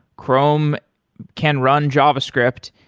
chrome can run javascript,